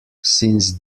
since